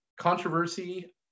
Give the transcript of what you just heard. controversy